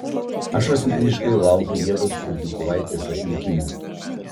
aš asmeniškai laukiu ievos prudnikovaitės atlikimo